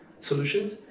solutions